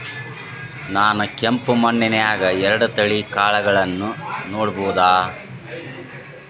ನಾನ್ ಕೆಂಪ್ ಮಣ್ಣನ್ಯಾಗ್ ಎರಡ್ ತಳಿ ಕಾಳ್ಗಳನ್ನು ನೆಡಬೋದ?